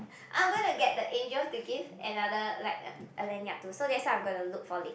I'm gonna get the angel to give another like a a lanyard to so that's what I'm gonna look for late